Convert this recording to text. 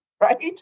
right